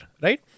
Right